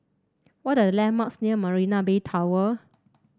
what are the landmarks near Marina Bay Tower